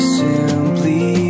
simply